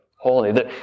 holy